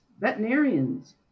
veterinarians